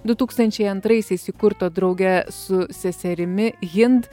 du tūkstančiai antraisiais įkurto drauge su seserimi hint